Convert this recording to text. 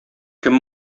кем